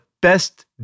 best